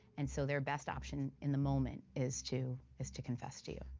and so their best option in the moment is to is to confess to you.